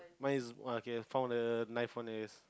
mine is okay found a knife one is